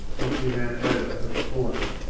knocking a man over at the corner.